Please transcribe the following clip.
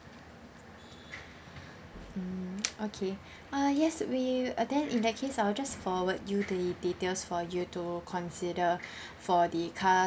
mm okay uh yes we uh then in that case I will just forward you the details for you to consider for the car